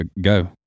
go